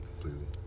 Completely